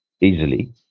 easily